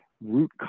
root